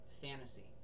fantasy